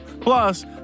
Plus